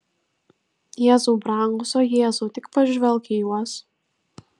jėzau brangus o jėzau tik pažvelk į juos